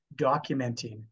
documenting